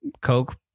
Coke